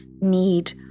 need